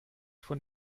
von